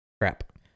Crap